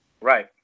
Right